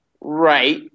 Right